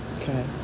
Okay